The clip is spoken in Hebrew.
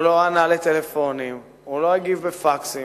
הוא לא ענה לטלפונים, הוא לא הגיב על פקסים.